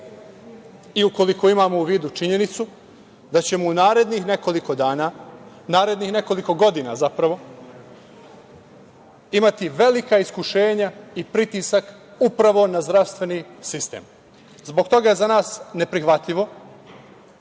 i ukoliko imamo u vidu činjenicu da ćemo u narednih nekoliko dana, narednih nekoliko godina zapravo, imati velika iskušenja i pritisak upravo na zdravstveni sistem. Zbog toga je za nas neprihvatljivo